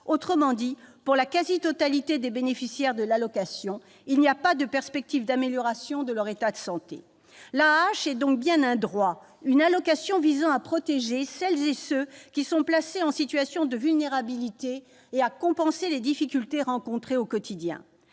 Autrement dit, pour la quasi-totalité des bénéficiaires de l'allocation, il n'y a pas de perspective d'amélioration de leur état de santé. L'AAH est donc bien un droit, une allocation visant à protéger celles et ceux qui sont placés en situation de vulnérabilité et à compenser les difficultés rencontrées au quotidien.